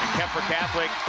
kuemper catholic,